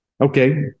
Okay